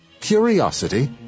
Curiosity